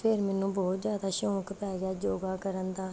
ਫਿਰ ਮੈਨੂੰ ਬਹੁਤ ਜ਼ਿਆਦਾ ਸ਼ੌਕ ਪੈ ਗਿਆ ਯੋਗਾ ਕਰਨ ਦਾ